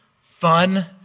fun